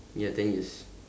ya ten years